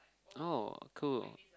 oh cool